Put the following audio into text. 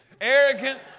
Arrogant